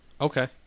Okay